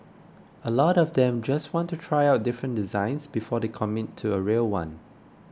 a lot of them just want to try out different designs before they commit to a real one